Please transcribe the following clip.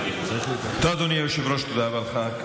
אדוני היושב-ראש, תודה רבה לך.